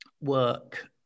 work